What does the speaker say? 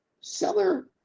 Seller